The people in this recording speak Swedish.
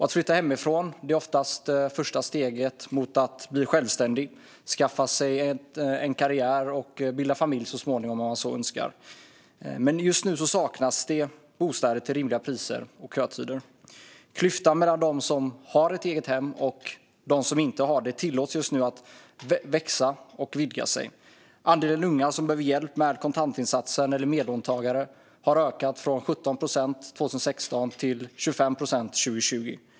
Att flytta hemifrån är ofta det första steget mot att bli självständig, skaffa sig en karriär och så småningom bilda familj om man så önskar. Men just nu saknas det bostäder till rimliga priser och med rimliga kötider. Klyftan mellan dem som har ett eget hem och dem som inte har det tillåts just nu att växa och vidga sig. Andelen unga som behöver hjälp med kontantinsatsen eller medlåntagare har ökat från 17 procent 2016 till 25 procent 2020.